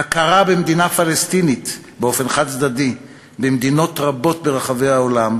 ההכרה במדינה פלסטינית באופן חד-צדדי במדינות רבות ברחבי העולם,